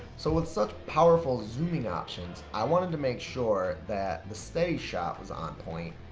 so, what's such powerful zooming options, i wanted to make sure that the steadyshot was on point.